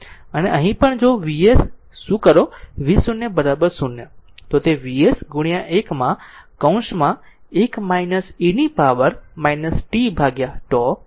અને અહીં પણ જો Vs શું કરો v0 0 તે Vs ગુણ્યા 1 માં કૌંસમાં 1 e ની પાવર t τ છે